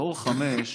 דרך אגב,